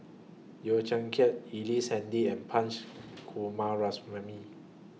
Yeo Kian Chye Ellice Handy and Punch Coomaraswamy